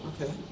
Okay